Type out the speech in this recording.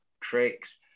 tricks